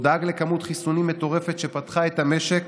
הוא דאג לכמות חיסונים מטורפת, שפתחה את המשק